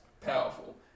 powerful